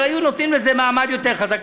אבל היו נותנים לזה מעמד יותר חזק.